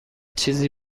چیزی